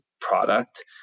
product